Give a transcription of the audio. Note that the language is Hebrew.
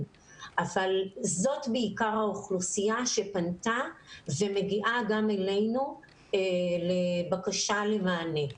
אבל זאת בעיקר האוכלוסייה שפנתה ומגיעה גם אלינו לבקשה למענה.